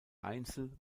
einzel